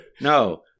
No